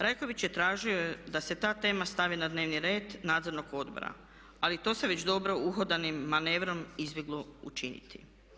Rajković je tražio da se ta tema stavi na dnevni red Nadzornog odbora, ali to se već dobro uhodanim manevrom izbjeglo učiniti.